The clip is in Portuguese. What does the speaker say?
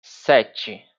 sete